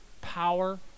power